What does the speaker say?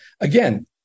Again